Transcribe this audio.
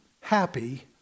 Happy